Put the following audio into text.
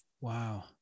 Wow